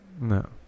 No